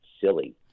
silly